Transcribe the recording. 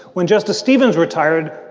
when justice stevens retired,